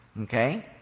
Okay